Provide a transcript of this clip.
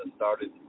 started